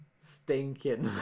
stinking